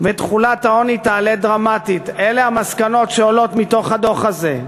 ותחולת העוני תעלה דרמטית" אלה המסקנות שעולות מתוך הדוח הזה,